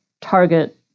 target